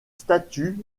statues